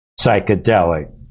psychedelic